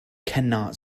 cannot